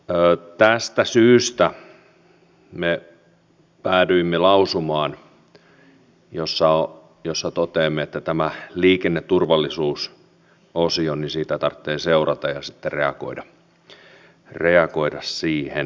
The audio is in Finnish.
tästä syystä me päädyimme lausumaan jossa toteamme että tätä liikenneturvallisuusosiota tarvitsee seurata ja sitten reagoida siihen